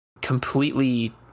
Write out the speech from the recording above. completely